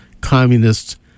communists